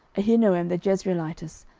ahinoam the jezreelitess,